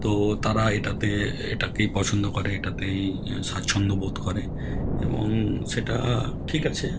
তো তারা এটাতে এটাকেই পছন্দ করে এটাতেই স্বাচ্ছন্দ্য বোধ করে এবং সেটা ঠিক আছে